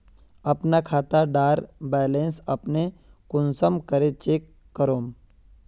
अपना खाता डार बैलेंस अपने कुंसम करे चेक करूम?